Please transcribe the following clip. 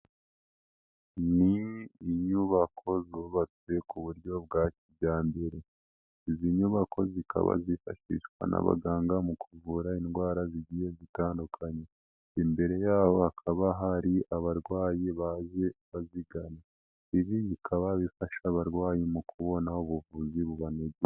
Ni inyubako zubatswe ku buryo bwa kijyambere, izi nyubako zikaba zifashishwa n'abaganga mu kuvura indwara zigiye zitandukanye, imbere yaho hakaba hari abarwayi baje bazigana, ibi bikaba bifasha abarwayi mu kubona ubuvuzi bubanogeye.